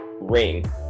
ring